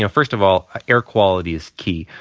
ah first of all air quality is key.